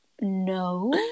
No